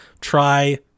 try